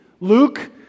Luke